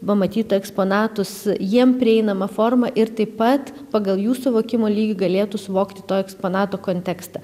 pamatytų eksponatus jiem prieinama forma ir taip pat pagal jų suvokimo lygį galėtų suvokti to eksponato kontekstą